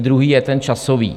Druhý je ten časový.